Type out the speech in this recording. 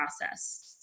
process